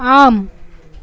ஆம்